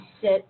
sit